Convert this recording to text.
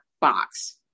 box